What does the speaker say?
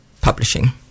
publishing